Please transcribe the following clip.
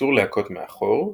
אסור להכות מאחור,